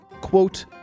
Quote